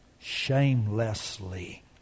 shamelessly